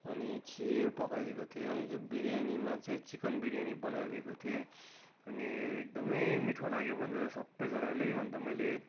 अनि खिर पकाइदिएको थिएँ अनि त्यो बिरयानीमा चाहिँ चिकन बिरयानी बनाएर दिएको थिएँ अनि एकदमै मिठो लाग्यो भनेर सबैजनाले अन्त मैले